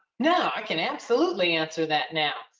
no i can absolutely answer that now.